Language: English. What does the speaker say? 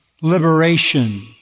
liberation